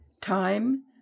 Time